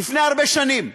הרבה שנים?